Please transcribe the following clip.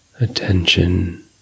attention